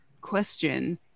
question